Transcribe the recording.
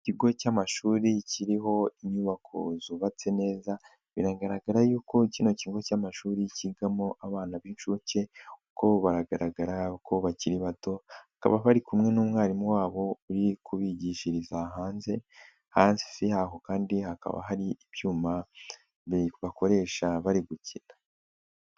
Ikigo cy'amashuri kiriho inyubako zubatse neza biragaragara yuko kino kigo cy'amashuri kigamo abana b'inshuke kuko baragaragara ko bakiri bato. Bakaba bari kumwe n'umwarimu wabo uri kubigishiriza hanze. Hanze hafi yaho kandi hakaba hari ibyuma bakoresha bari gukina.